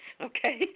Okay